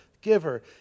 giver